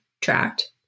tracked